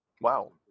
Wow